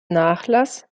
nachlass